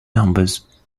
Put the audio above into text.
numbers